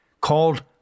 called